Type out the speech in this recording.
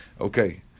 Okay